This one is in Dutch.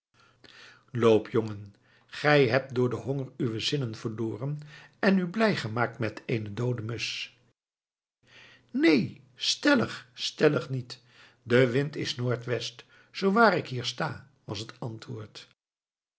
jongen gij hebt door den honger uwe zinnen verloren en u blij gemaakt met eene doode musch neen stellig stellig niet de wind is noord-west zoo waar ik hier sta was het antwoord